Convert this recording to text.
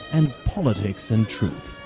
and politics and truth.